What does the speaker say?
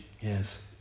Yes